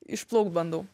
išplaukt bandau